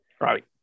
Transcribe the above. right